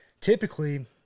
typically